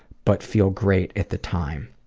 but feel great at the time.